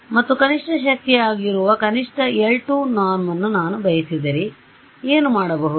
ಮತ್ತು ಕನಿಷ್ಠ ಶಕ್ತಿಯಾಗಿರುವ ಕನಿಷ್ಠ l2 norm ನ್ನು ನಾನು ಬಯಸಿದರೆ ನಾನು ಏನು ಮಾಡಬಹುದು